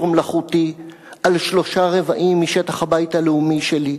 מלאכותי על שלושה רבעים משטח הבית הלאומי שלי,